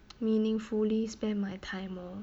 meaningfully spare my time lor